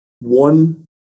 one